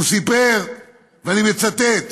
והוא סיפר, ואני מצטט: